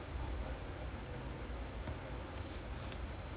யாரு யாரு போடுறா:yaaru yaaru poduraa some guy I think william or something william